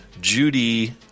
Judy